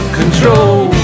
control